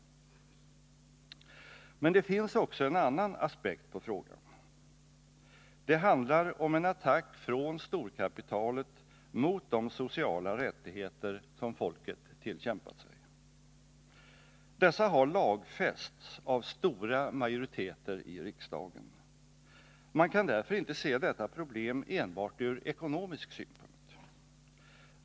Men det finns också en annan aspekt på frågan. Det handlar om en attack från storkapitalet mot de sociala rättigheter som folket tillkämpat sig. Dessa har lagfästs av stora majoriteter i riksdagen. Man kan därför inte se detta problem enbart ur ekonomisk synpunkt.